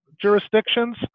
jurisdictions